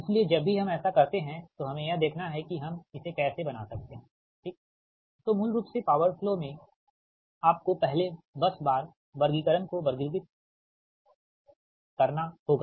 इसलिए जब भी हम ऐसा करते हैं तो हमें यह देखना है कि हम इसे कैसे बना सकते हैं ठीक तो मूल रूप से पॉवर फ्लो में आपको पहले बस बार वर्गीकरण को वर्गीकृत करना होगा